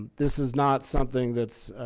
this is not something that's